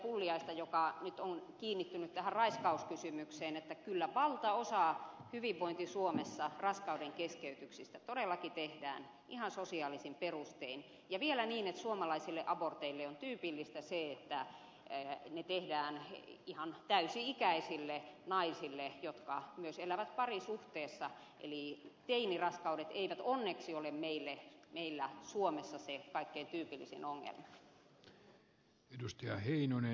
pulliaista joka nyt on kiinnittynyt tähän raiskauskysymykseen että kyllä valtaosa hyvinvointi suomessa tehdyistä raskaudenkeskeytyksistä todellakin tehdään ihan sosiaalisin perustein ja vielä niin että suomalaisille aborteille on tyypillistä se että ne tehdään ihan täysi ikäisille naisille jotka myös elävät parisuhteessa eli teiniraskaudet eivät onneksi ole meillä suomessa se kaikkein tyypillisin ongelma